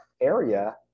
area